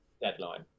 deadline